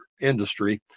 industry